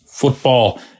Football